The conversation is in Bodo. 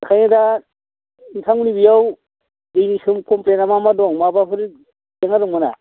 ओंखायनो दा नोंथांमोननि बेयाव दैनि सों कमप्लेना मा मा दं माबाफोर नामा